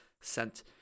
sent